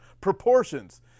proportions